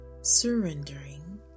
surrendering